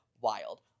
wild